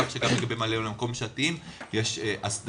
כך שגם לגבי ממלאי מקום שעתיים יש הסדרה,